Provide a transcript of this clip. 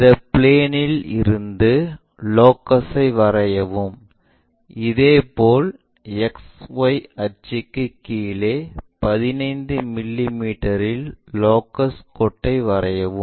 இந்த பிளேனில் இருந்து லோகஸை வரையவும் இதேபோல் XY அச்சுக்கு கீழே 15 மிமீ இல் லோகஸ் கோட்டை வரையவும்